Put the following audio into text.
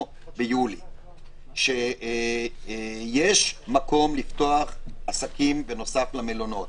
ביולי שיש מקום לפתוח עסקים בנוסף למלונות,